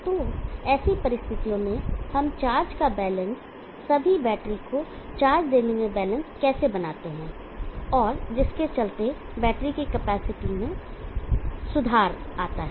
तो ऐसी परिस्थितियों में हम चार्ज का बैलेंस सभी बैटरी को चार्ज देने में बैलेंस कैसे बनाते हैं और जिसके चलते बैटरी की कैपेसिटी में सुधार करते है